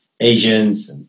Asians